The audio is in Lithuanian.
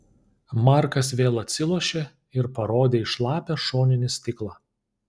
markas vėl atsilošė ir parodė į šlapią šoninį stiklą